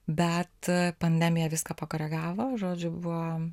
bet pandemija viską pakoregavo žodžiu buvom